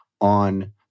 on